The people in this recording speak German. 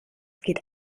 geht